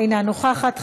אינה נוכחת,